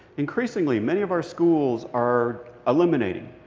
increasingly, many of our schools are eliminating.